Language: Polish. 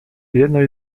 jedno